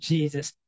Jesus